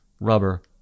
rubber